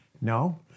No